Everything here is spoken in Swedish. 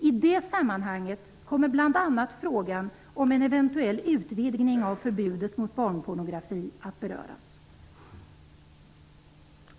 ''I det sammanhanget kommer bland annat frågan om en eventuell utvidgning av förbudet mot barnpornografi att beröras.''